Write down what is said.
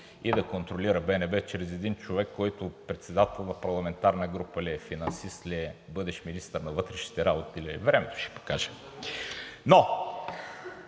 народна банка чрез един човек, който председател на парламентарна група ли е, финансист ли е, бъдещ министър на вътрешните работи ли е, времето ще покаже, но